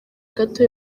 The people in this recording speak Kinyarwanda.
gato